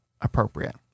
appropriate